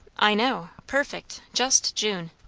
i know. perfect. just june.